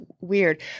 weird